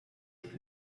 and